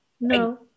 no